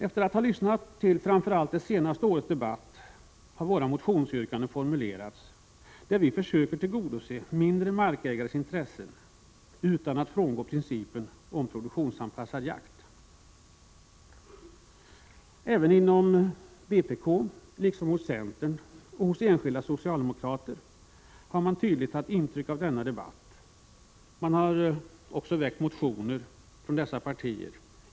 Efter att ha lyssnat till framför allt det senaste årets debatt har vi formulerat våra motionsyrkanden, där vi försöker tillgodose mindre markägares intressen utan att frångå principen om produktionsanpassad jakt. Även inom vpk liksom hos centern och hos enskilda socialdemokrater har man tydligt tagit intryck av denna debatt. Motioner om förändring har också lämnats från dessa partier.